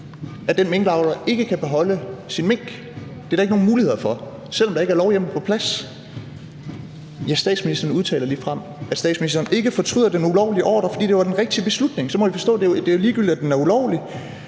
at den minkavler ikke kan beholde sine mink – det er der ikke nogen muligheder for – selv om lovhjemmelen ikke er på plads. Ja, statsministeren udtaler ligefrem, at statsministeren ikke fortryder den ulovlige ordre, fordi det var den rigtige beslutning. Så må jeg vel forstå, at det er ligegyldigt, at den er ulovlig.